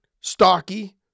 stocky